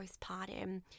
postpartum